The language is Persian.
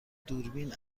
دوربین